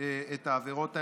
את העבירות הללו,